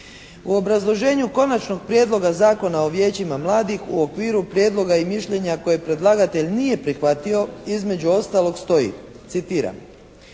U obrazloženju Konačnog prijedloga Zakona o vijećima mladih u okviru prijedloga i mišljenja koje predlagatelj nije prihvatio između ostalog stoji, citiram: